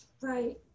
Right